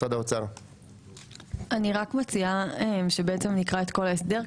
אני מציעה שנקרא את כל ההסדר.